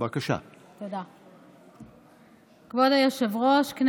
התשפ"ב 2022, עברה בקריאה ראשונה